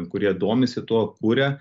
kurie domisi tuo kuria